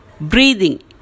breathing